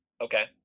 Okay